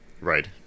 right